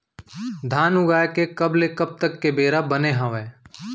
धान उगाए के कब ले कब तक के बेरा बने हावय?